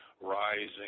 rising